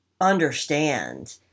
understand